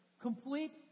Complete